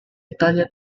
italian